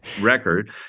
record